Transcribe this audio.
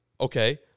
Okay